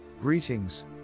Greetings